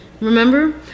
Remember